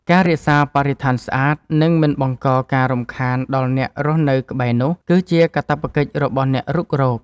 ការរក្សាបរិស្ថានស្អាត និងមិនបង្កការរំខានដល់អ្នករស់នៅក្បែរនោះ គឺជាកាតព្វកិច្ចរបស់អ្នករុករក។